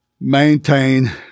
maintain